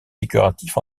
décoratifs